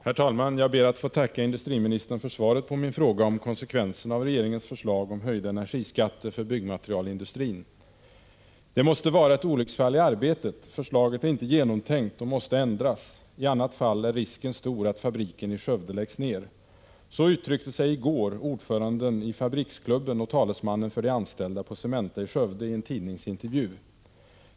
Herr talman! Jag ber att få tacka industriministern för svaret på min fråga om konsekvenserna av regeringens förslag om höjda energiskatter för byggmaterialindustrin. ”Det måste vara ett olycksfall i arbetet. Förslaget är inte genomtänkt och måste ändras. I annat fall är risken stor att fabriken i Skövde läggs ner.” Så uttryckte sig i går ordföranden i Fabriksklubben och talesmannen för de anställda på Cementa i Skövde i en tidningsintervju.